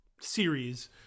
series